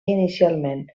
inicialment